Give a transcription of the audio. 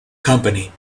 company